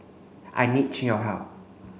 I need your help